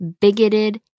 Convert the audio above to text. bigoted